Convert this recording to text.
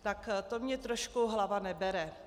Tak to mně trošku hlava nebere.